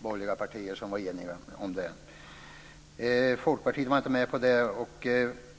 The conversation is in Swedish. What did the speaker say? borgerliga partier som var eniga om den. Folkpartiet var inte med.